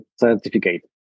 certificate